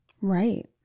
Right